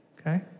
Okay